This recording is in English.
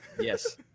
Yes